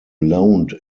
loaned